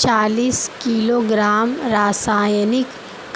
चालीस किलोग्राम रासायनिक